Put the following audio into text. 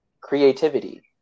creativity